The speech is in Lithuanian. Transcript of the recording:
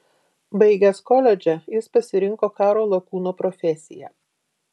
baigęs koledžą jis pasirinko karo lakūno profesiją